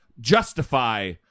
justify